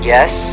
Yes